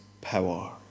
power